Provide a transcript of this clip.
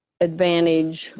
advantage